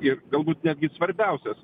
ir galbūt netgi svarbiausias